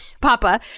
papa